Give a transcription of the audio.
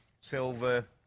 Silver